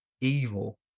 evil